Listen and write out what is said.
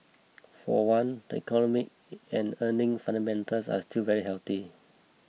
for one the economic and earning fundamentals are still very healthy